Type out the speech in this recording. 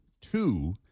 two